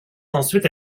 ensuite